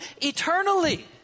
eternally